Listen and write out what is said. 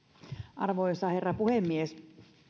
arvoisa herra puhemies